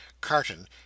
Carton